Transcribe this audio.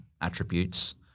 attributes